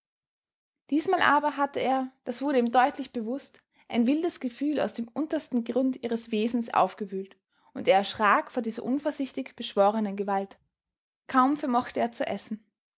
diesmal aber hatte er das wurde ihm deutlich bewußt ein wildes gefühl aus dem untersten grund ihres wesens aufgewühlt und er erschrak vor dieser unvorsichtig beschworenen gewalt kaum vermochte er zu essen